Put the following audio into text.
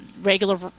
regular